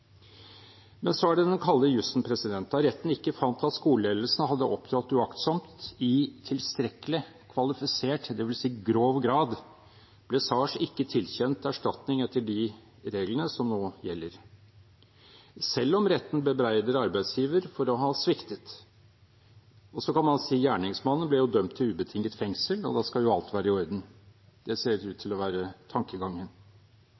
Så er det den kalde jussen: Da retten ikke fant at skoleledelsen hadde opptrådte uaktsomt i tilstrekkelig kvalifisert – det vil si grov – grad, ble Saers ikke tilkjent erstatning etter de reglene som nå gjelder, selv om retten bebreider arbeidsgiver for å ha sviktet. Så kan man si at gjerningsmannen ble dømt til ubetinget fengsel, og da skal alt være i orden. Det ser ut til å være tankegangen. Men i det